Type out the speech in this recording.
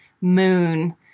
moon